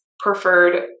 preferred